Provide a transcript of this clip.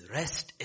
rest